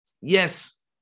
Yes